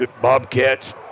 bobcats